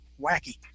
wacky